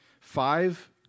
Five